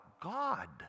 God